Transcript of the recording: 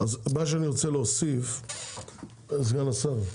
אז מה שאני רוצה להוסיף זה סגן השר,